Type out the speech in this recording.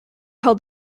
held